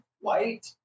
white